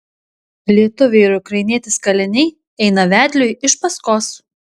lietuviai ir ukrainietis kaliniai eina vedliui iš paskos